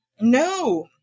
no